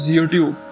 YouTube